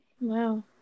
Wow